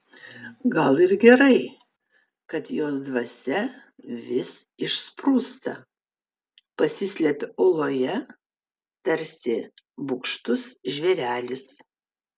gal ir gerai kad jos dvasia vis išsprūsta pasislepia oloje tarsi bugštus žvėrelis